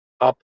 up